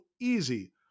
easy